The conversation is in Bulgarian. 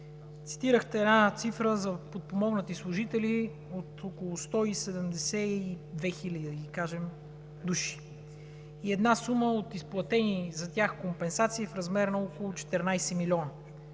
Цитирахте една цифра за подпомогнати служители от около 172 000, да ги кажем, души и една сума от изплатени за тях компенсации в размер на около 14 милиона.